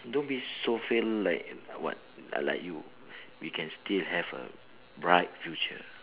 don't be so feel like like what like like you we can still have a bright future